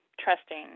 trusting